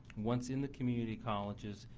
once in the community colleges,